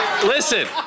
Listen